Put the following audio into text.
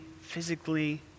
physically